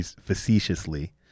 facetiously